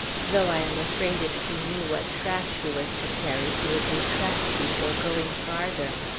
though i am afraid if she knew what trash she was to carry, she would retract before going farther.